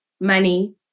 Money